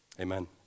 Amen